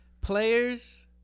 players